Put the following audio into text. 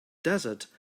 desert